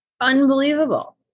Unbelievable